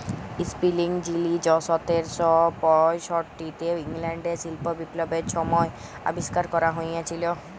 spinning যিলি সতের শ পয়ষট্টিতে ইংল্যাল্ডে শিল্প বিপ্লবের ছময় আবিষ্কার ক্যরা হঁইয়েছিল